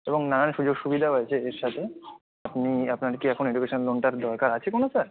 এবং নানান সুযোগ সুবিধাও আছে এর সাথে আপনার কি এখন এডুকেশান লোনটার দরকার আছে কোনো স্যার